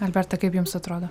alberta kaip jums atrodo